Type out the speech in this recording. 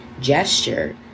gesture